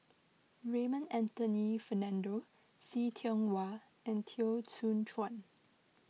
Raymond Anthony Fernando See Tiong Wah and Teo Soon Chuan